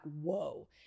whoa